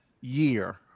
year